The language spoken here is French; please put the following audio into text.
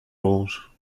branches